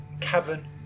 cavern